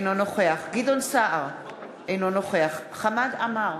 אינו נוכח גדעון סער, אינו נוכח חמד עמאר,